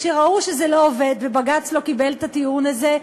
כשראו שזה לא עובד ובג"ץ לא קיבל את הטיעון הזה,